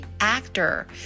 actor